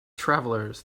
travelers